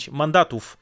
mandatów